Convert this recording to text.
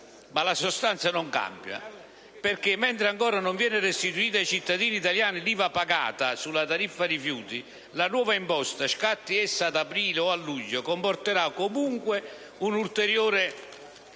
Ma la sostanza non cambia perché, mentre ancora non viene restituita ai cittadini italiani l'IVA pagata sulla tariffa rifiuti, la nuova imposta - scatti essa da aprile o da luglio - comporterà comunque un ulteriore